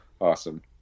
Awesome